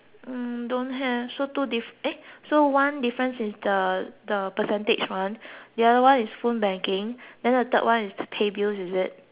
hmm ya so two eh so one difference is the the percentage one the other one is phone banking then the third one is pay bills is it